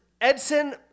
Edson